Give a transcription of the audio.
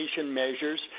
measures